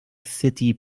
city